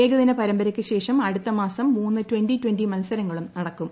ഏകദിന പരമ്പരയ്ക്ക്ശേഷം അടുത്തമാസം മൂന്ന് ട്വന്റി ട്വന്റി മത്സരങ്ങളും നടക്കും